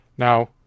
Now